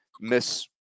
miss